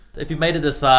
if you made it this ah